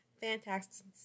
fantastic